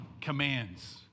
commands